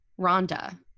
Rhonda